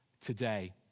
today